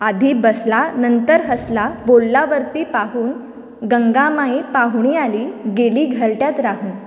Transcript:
आदी बसला नंतर हसला बोलला वरती पाहू गंगामायी पाहुणी आली गेली घरट्यात राहू